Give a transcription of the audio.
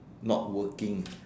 not working